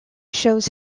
shows